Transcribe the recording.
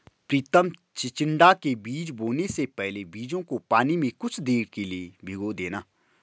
प्रितम चिचिण्डा के बीज बोने से पहले बीजों को पानी में कुछ देर के लिए भिगो देना